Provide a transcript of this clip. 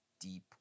deep